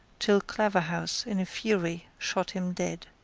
till claverhouse, in a fury, shot him dead.